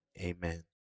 Amen